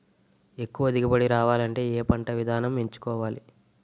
ఎక్కువ దిగుబడి రావాలంటే ఏ పంట విధానం ఎంచుకోవాలి?